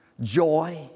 joy